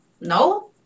no